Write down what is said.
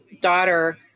daughter